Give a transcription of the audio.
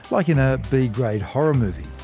like in a b-grade horror movie!